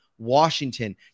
Washington